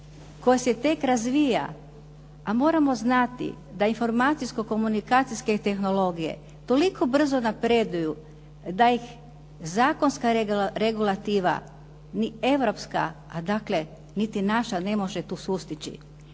koje se tek razvija. A moramo znati da informacijsko komunikacijske tehnologije toliko brzo napreduju da ih zakonska regulativa, ni europska niti naša tu ne može sustići.